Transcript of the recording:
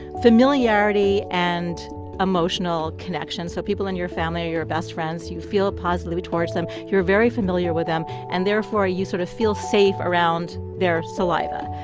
familiarity and emotional connection, so people in your family or your best friends, you feel positively towards them. you're very familiar with them, and therefore, you sort of feel safe around their saliva.